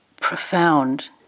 profound